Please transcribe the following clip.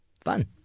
Fun